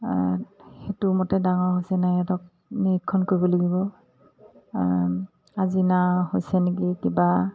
সেইটো মতে ডাঙৰ হৈছে নাই সিহঁতক নিৰীক্ষণ কৰিব লাগিব আজিনা হৈছে নেকি কিবা